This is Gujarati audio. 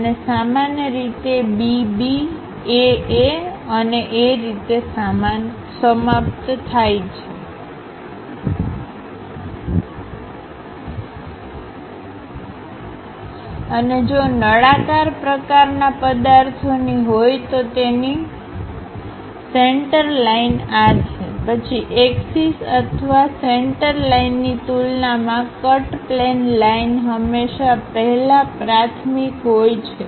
અને સામાન્ય રીતે આ B B A A અને એ રીતે સમાપ્ત થાય છે અને જો આ નળાકાર પ્રકારના પદાર્થોની હોય તો તો તેની સેંટર લાઇન આ છેપછી એક્ષિસ અથવા સેંટર લાઇનની તુલનામાં કટ પ્લેન લાઇન હંમેશાં પહેલા પ્રાથમિક હોય છે